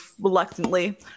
reluctantly